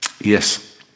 yes